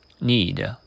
need